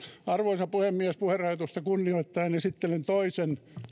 arvoisa puhemies puherajoitusta kunnioittaen esittelen toisen